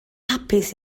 hapus